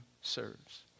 serves